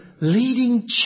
leading